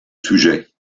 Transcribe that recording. sujet